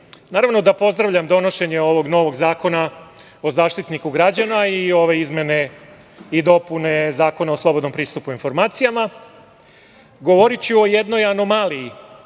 Srbije? Naravno da pozdravljam donošenje ovog novog zakona o Zaštitniku građana i ove izmene i dopune Zakona o slobodnom pristupu informacijama. Govoriću o jednoj anomaliji,